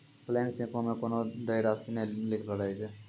blank चेको मे कोनो देय राशि नै लिखलो रहै छै